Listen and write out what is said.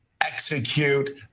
execute